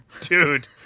Dude